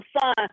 son